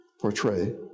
portray